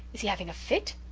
is he having a fit?